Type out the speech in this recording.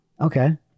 okay